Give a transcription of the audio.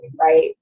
right